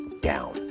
down